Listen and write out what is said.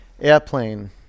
Airplane